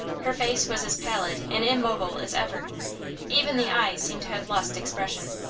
her face was as pallid and immobile as ever even the eyes seemed to have lost expression.